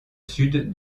sud